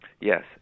Yes